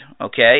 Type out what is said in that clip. Okay